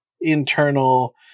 internal